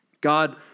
God